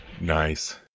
Nice